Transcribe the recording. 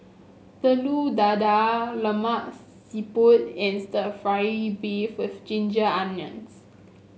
Telur Dadah Lemak Siput and stir fry beef with Ginger Onions